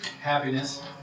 Happiness